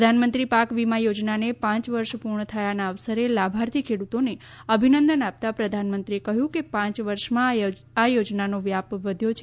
પ્રધાનમંત્રી પાક વીમા યોજનાને પાંચ વર્ષ પૂર્ણ થયાના અવસરે લાભાર્થી ખેડૂતોને અભિનંદન આપતા પ્રધાનમંત્રીએ કહ્યું કે પાંચ વર્ષમાં આ યોજનાનો વ્યાપ વધ્યો છે